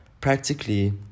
Practically